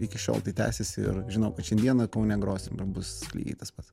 iki šiol tai tęsiasi ir žinau kad šiandieną kaune grosim bus lygiai tas pats